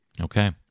Okay